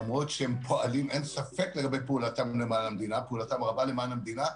למרות שהם פועלים ואין ספק לגבי פעולתם הרבה למען המדינה,